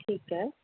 ਠੀਕ ਹੈ